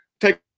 take